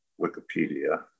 Wikipedia –